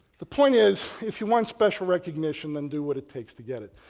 the point is if you want special recognition then do what it takes to get it.